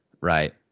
right